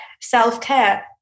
self-care